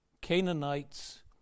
Canaanites